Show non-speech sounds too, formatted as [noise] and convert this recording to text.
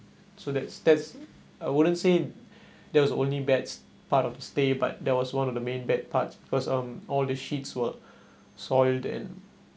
so that that's I wouldn't say that was only bad part of the stay but there was one of the main bad parts because um all these sheets were [breath] soiled and